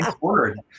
word